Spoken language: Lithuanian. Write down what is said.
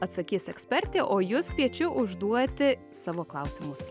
atsakys ekspertė o jus kviečiu užduoti savo klausimus